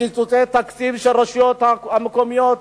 בקיצוצי תקציב של הרשויות המקומיות.